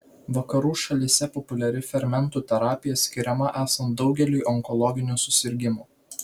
vakarų šalyse populiari fermentų terapija skiriama esant daugeliui onkologinių susirgimų